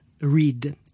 Read